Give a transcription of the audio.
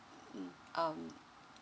mm um